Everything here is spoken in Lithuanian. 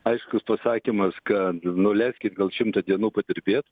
aiškus pasakymas kad nu leiskit gal šimtą dienų padirbėt